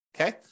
okay